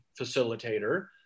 facilitator